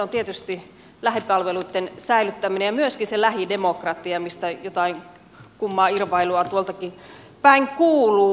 se on tietysti lähipalveluitten säilyttäminen ja myöskin se lähidemokratia mistä jotain kummaa irvailua tuol takinpäin kuuluu